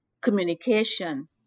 communication